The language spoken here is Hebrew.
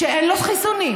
כשאין לו חיסונים,